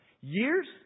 Years